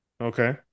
Okay